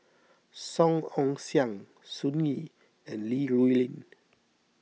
Song Ong Siang Sun Yee and Li Rulin